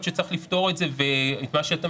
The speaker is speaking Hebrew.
שצריך לפתור את מה שאתה מדבר עליו.